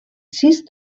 sis